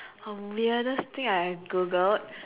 the weirdest thing I have googled